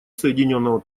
соединенного